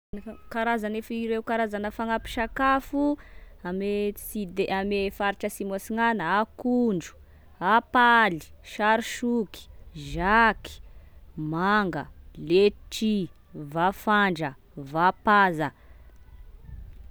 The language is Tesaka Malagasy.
Karazane fireo- karazana fagnapi-sakafo ame sud- amy faritsa asimo asinana, akondro, apaly, sarisoky, zaky, manga, letsia, vafandra, vapaza.